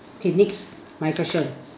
okay next my question